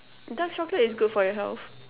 dark chocolate is good for your health